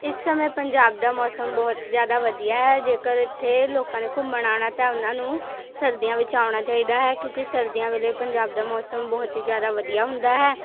ਇਸ ਸਮੇਂ ਪੰਜਾਬ ਦਾ ਮੌਸਮ ਬਹੁਤ ਜ਼ਿਆਦਾ ਵਧੀਆ ਹੈ ਜੇਕਰ ਇੱਥੇ ਲੋਕਾਂ ਨੇ ਘੁੰਮਣ ਆਉਣਾ ਤਾਂ ਉਹਨਾਂ ਨੂੰ ਸਰਦੀਆਂ ਵਿੱਚ ਆਉਣਾ ਚਾਹੀਦਾ ਹੈ ਕਿਉਂਕਿ ਸਰਦੀਆਂ ਵੇਲੇ ਪੰਜਾਬ ਦਾ ਮੌਸਮ ਬਹੁਤ ਹੀ ਜ਼ਿਆਦਾ ਵਧੀਆ ਹੁੰਦਾ ਹੈ